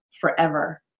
forever